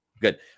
Good